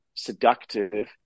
seductive